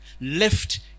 left